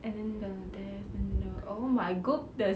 and then the death and uh oh my god there's